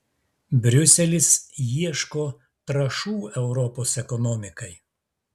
briuselis ieško trąšų europos ekonomikai